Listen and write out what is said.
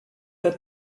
der